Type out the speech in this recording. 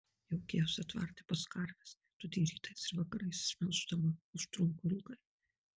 jaukiausia tvarte pas karves todėl rytais ir vakarais jas melždama užtrunku ilgai